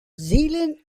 zealand